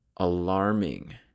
alarming